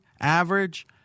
average